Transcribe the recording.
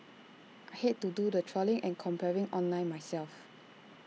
I hate to do the trawling and comparing online myself